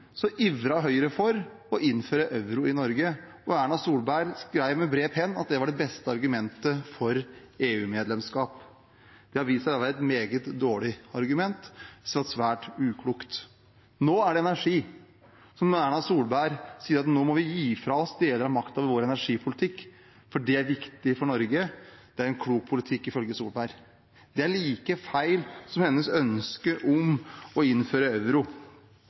så viktig at vi lærer av det islandske eksemplet. I Norge har vi styring over egen valuta takket være at ikke Erna Solberg har fått gjennomslag for sitt mål. I stortingsperioden 2005–2009 ivret Høyre for å innføre euro i Norge. Erna Solberg skrev med bred penn at det var det beste argumentet for EU-medlemskap. Det har vist seg å være et meget dårlig argument, det har vært svært uklokt. Nå er det energi. Erna Solberg sier at nå må vi gi fra oss deler av makten over vår energipolitikk, for det er